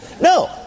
No